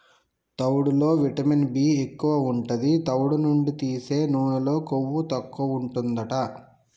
తవుడులో vitamin B ఎక్కువు ఉంటది, తవుడు నుండి తీసే నూనెలో కొవ్వు తక్కువుంటదట